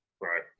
Right